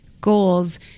goals